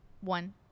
One